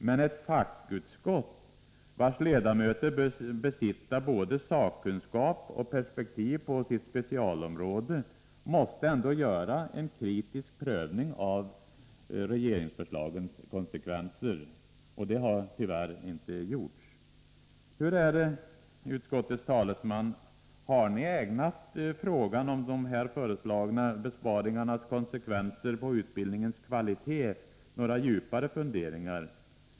Men ett fackutskott, vars ledamöter bör besitta både sakkunskaper och perspektiv på sitt specialområde, måste göra en kritisk prövning av regeringsförslagens konsekvenser. Det har tyvärr inte gjorts. Hur är det, utskottets talesman: Har ni ägnat frågan om de här föreslagna besparingarnas konsekvenser på utbildningens kvalitet några djupare funderingar?